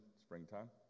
springtime